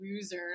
loser